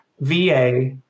va